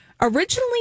originally